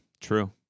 true